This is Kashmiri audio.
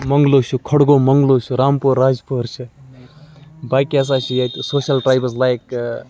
موٚنگلو چھُ کھوڈگوم موٚنگلو چھِ رامپور راجپور چھِ باقٕے ہَسا چھِ ییٚتہِ سوشَل ٹرٛایبٕز لایک